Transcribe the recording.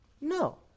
No